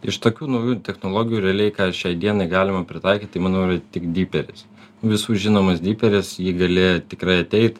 iš tokių naujų technologijų realiai šiai dienai galima pritaikyti tai manau yra tik diperis visų žinomas diperis jį gali tikrai taip